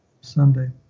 Sunday